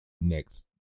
next